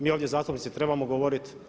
Mi ovdje zastupnici trebamo govoriti.